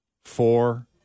Four